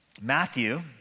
Matthew